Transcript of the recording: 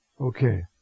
Okay